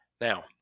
Now